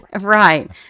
right